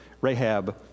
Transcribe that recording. rahab